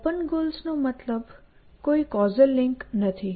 open goals નો મતલબ કોઈ કૉઝલ લિંક્સ નથી